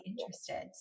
interested